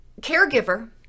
caregiver